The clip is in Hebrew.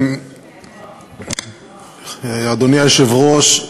אדוני היושב-ראש,